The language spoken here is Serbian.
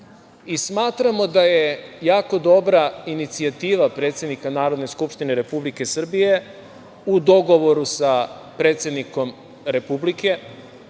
I smatramo da je jako dobra inicijativa predsednika Narodne skupštine Republike Srbije, u dogovoru sa predsednikom Republike,